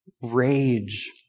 rage